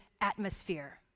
atmosphere